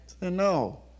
No